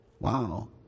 Wow